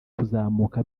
kuzamuka